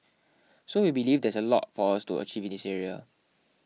so we believe there is a lot for us to achieve in this area